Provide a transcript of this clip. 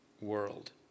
world